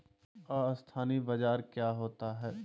अस्थानी बाजार क्या होता है?